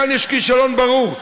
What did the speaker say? כאן יש כישלון ברור.